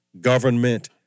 government